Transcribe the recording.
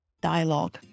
dialogue